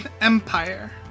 empire